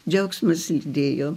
džiaugsmas lydėjo